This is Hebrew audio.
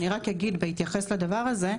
אני רק אגיד בהתייחס לדבר הזה,